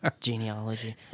genealogy